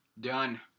Done